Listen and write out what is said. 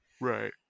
right